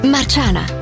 Marciana